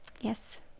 yes